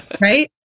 right